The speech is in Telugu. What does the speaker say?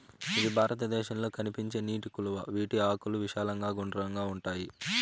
ఇది భారతదేశంలో కనిపించే నీటి కలువ, వీటి ఆకులు విశాలంగా గుండ్రంగా ఉంటాయి